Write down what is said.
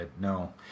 no